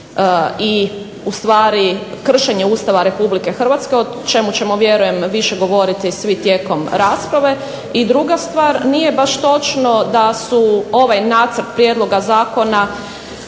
i kršenje Ustava Republike Hrvatske o čemu ćemo vjerujem svi više govoriti tijekom rasprave. I druga stvar, nije baš točno da su ovaj Nacrt prijedloga zakona